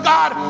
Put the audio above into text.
God